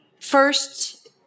first